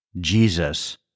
Jesus